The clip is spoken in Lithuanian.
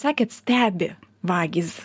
sakėt stebi vagys